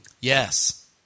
Yes